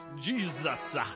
jesus